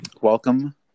Welcome